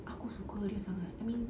aku suka dia sangat I mean